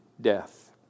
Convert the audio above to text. death